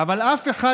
אף אחד